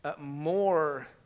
more